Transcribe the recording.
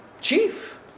chief